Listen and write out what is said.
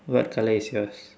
what colour is yours